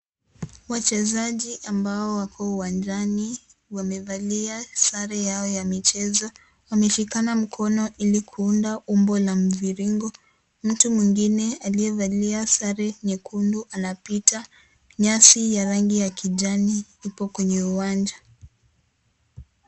Wachezaji ambao wako uwanjani wamevalia sare yao ya michezo wameshikana mikono ili kuunda umbo la mviringo. mtu mwingine aliyevalia sare nyekundu anapita nyasi ya rangi kijani uko kwenye uwanja.